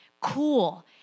cool